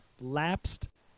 lapsed